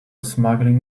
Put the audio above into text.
smuggling